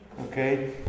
Okay